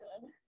good